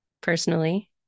personally